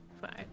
Fine